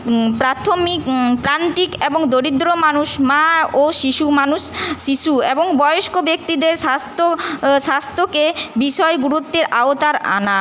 প্রাথমিক প্রান্তিক এবং দরিদ্র মানুষ মা ও শিশু মানুষ শিশু এবং বয়স্ক ব্যক্তিদের স্বাস্থ্য স্বাস্থ্যকে বিষয় গুরুত্বের আওতার আনা